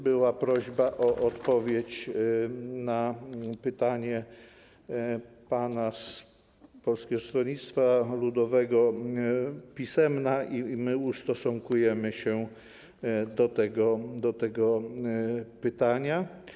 Była prośba o odpowiedź na pytanie pana posła z Polskiego Stronnictwa Ludowego, pisemna, i ustosunkujemy się do tego pytania.